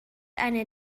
eine